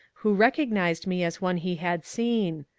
who recog nized me as one he had seen.